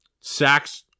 sacks